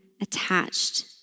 attached